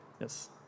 Yes